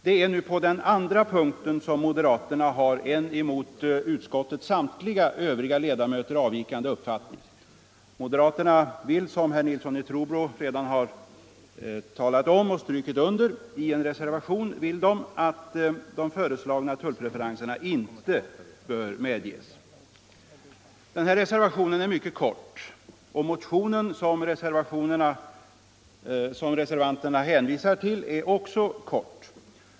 Det är på den andra punkten som moderaterna har en mot utskottets samtliga övriga ledamöter avvikande uppfattning. Moderaterna menar i en reservation — som herr Nilsson i Trobro här talat för — att de föreslagna tullpreferenserna inte bör medges. Reservationen är mycket kort. Motionen som reservanterna hänvisar till är också kort.